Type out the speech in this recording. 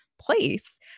place